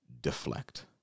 deflect